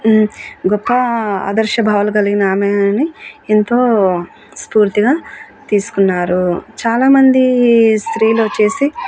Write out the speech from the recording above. గొప్ప ఆదర్శభావాలు కలిగిన ఆమె అని ఎంతో స్ఫూర్తిగా తీసుకున్నారు చాలామంది స్త్రీలు వచ్చేసి